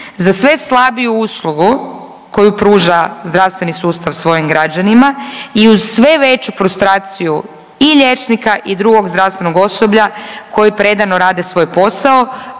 za sve slabiju uslugu koju pruža zdravstveni sustav svojim građanima i uz sve veću frustraciju i liječnika i drugog zdravstvenog osoblja koji predano rade svoj posao,